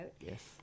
Yes